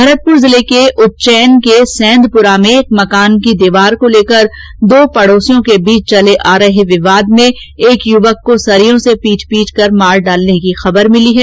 भरतपुर जिले के उज्जैन के सैंदपुरा में एक मकान की दीवार को लेकर दो पड़ोसियों के बीच चले आ रहे विवाद में एक युवक को सरियों से पीट पीटकर मार डालने की खबर मिली है